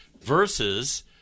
versus